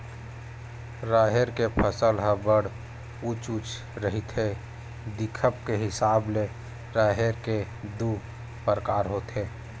राहेर के फसल ह बड़ उँच उँच रहिथे, दिखब के हिसाब ले राहेर के दू परकार होथे